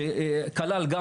שכלל גם